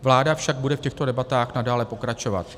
Vláda však bude v těchto debatách nadále pokračovat.